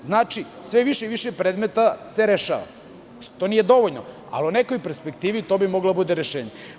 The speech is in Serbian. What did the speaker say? To znači da se sve više i više predmeta rešava, što nije dovoljno, ali u nekoj perspektivi bi to moglo da bude rešenje.